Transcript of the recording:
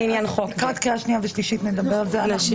מאחר ויש